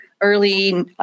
early